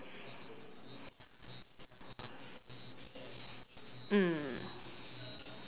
mm